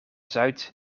zuid